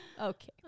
Okay